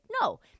no